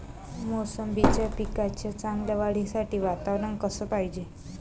मोसंबीच्या पिकाच्या चांगल्या वाढीसाठी वातावरन कस पायजे?